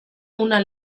una